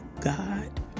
God